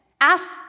Ask